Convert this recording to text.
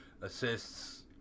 assists